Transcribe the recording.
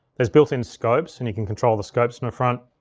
there's built-in scopes and you can control the scopes in the front.